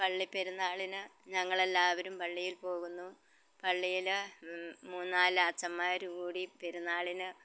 പള്ളിപ്പെരുനാളിന് ഞങ്ങളെല്ലാവരും പള്ളിയിൽ പോകുന്നു പള്ളിയിൽ മൂന്നുനാല് അച്ഛന്മാർ കൂടി പെരുന്നാളിന്